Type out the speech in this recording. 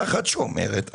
בגדול, יש שלוש תפיסות.